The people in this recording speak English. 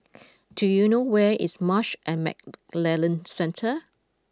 do you know where is Marsh and McLennan Centre